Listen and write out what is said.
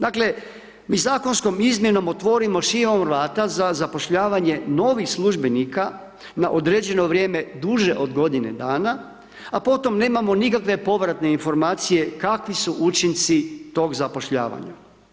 Dakle, mi zakonskom izmjenom otvorimo širom vrata za zapošljavanje novih službenika na određeno vrijeme duže od godine dana, a potom nemamo nikakve povratne informacije kakvi su učinci tog zapošljavanja.